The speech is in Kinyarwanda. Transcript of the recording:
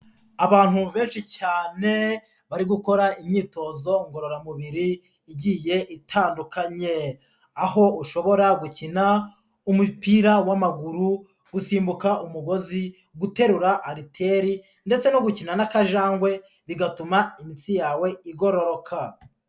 Abantu benshi cyane bari gukora imyitozo ngororamubiri igiye itandukanye, aho ushobora gukina umupira w'amaguru, gusimbuka umugozi, guterura aliteri ndetse no gukina n'akajangwe, bigatuma imitsi yawe igororoka.